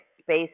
space